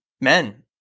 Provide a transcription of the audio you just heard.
men